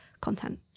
content